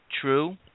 true